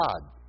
God